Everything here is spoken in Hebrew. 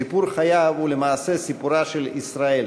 סיפור חייו הוא למעשה סיפורה של ישראל